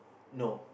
no